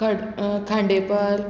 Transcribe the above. Khandepar